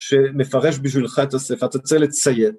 שמפרש בשבילך את הספר, אתה צריך לציין.